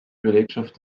belegschaft